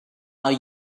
are